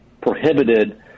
prohibited